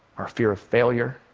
our fear of failure,